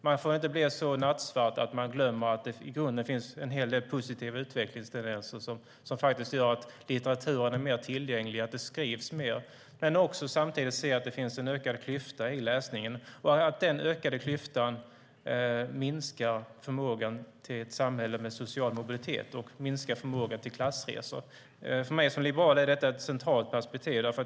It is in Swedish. Man får inte bli så nattsvart att man glömmer att det i grunden finns positiva utvecklingstendenser som gör att litteraturen är mer tillgänglig och att det skrivs mer. Man måste också se att det finns en ökad klyfta när det gäller läsningen och att den ökade klyftan minskar möjligheten till ett samhälle med social mobilitet och minskar möjligheten till klassresor. För mig som liberal är detta ett centralt perspektiv.